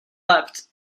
left